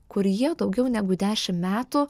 kur jie daugiau negu dešimt metų